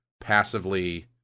passively